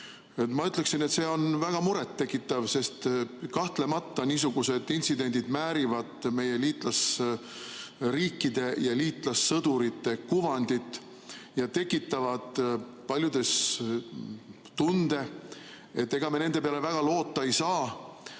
Ma ütleksin, et see on väga muret tekitav, sest kahtlemata niisugused intsidendid määrivad meie liitlasriikide ja liitlassõdurite kuvandit ja tekitavad paljudes tunde, et ega me nende peale väga loota ei saa